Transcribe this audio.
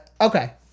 Okay